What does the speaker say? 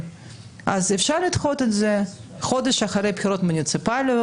אז אפשר לדחות את זה חודש אחרי הבחירות המוניציפליות,